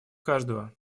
каждого